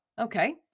okay